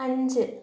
അഞ്ച്